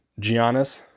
Giannis